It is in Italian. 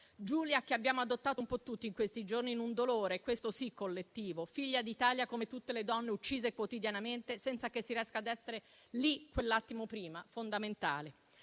Giulia, che abbiamo adottato un po' tutti in questi giorni, in un dolore questo sì collettivo, figlia d'Italia come tutte le donne uccise quotidianamente senza che si riesca ad essere lì quell'attimo prima, fondamentale.